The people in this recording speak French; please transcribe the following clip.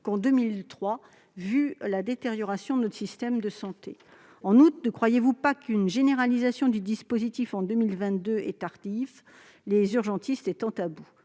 tenu de la détérioration de notre système de santé. En outre, ne croyez-vous pas qu'une généralisation du dispositif en 2022 est tardive ? Les urgentistes sont à bout !